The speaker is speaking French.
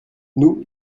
nous